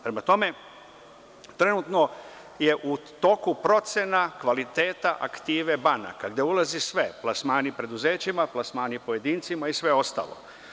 Prema tome, trenutno je u toku procena kvaliteta aktive banaka, gde ulazi sve, plasmani preduzećima, plasmani pojedincima i sve ostalo.